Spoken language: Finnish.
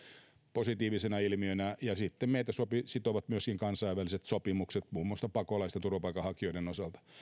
positiivisena ilmiönä ja sitten meitä sitovat myöskin kansainväliset sopimukset muun muassa pakolaisten ja turvapaikanhakijoiden osalta